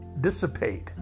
dissipate